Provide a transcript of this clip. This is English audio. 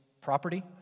property